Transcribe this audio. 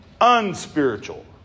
unspiritual